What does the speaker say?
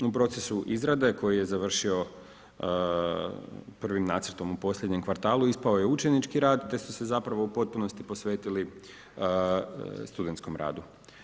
U procesu izrade koji je završio prvim nacrtom u posljednjem kvartalu ispao je učenički rad te su se zapravo u potpunosti posvetili studentskom radu.